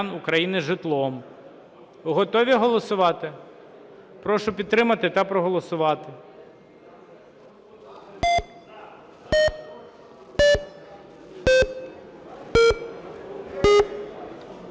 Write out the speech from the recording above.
Готові голосувати? Прошу підтримати та проголосувати.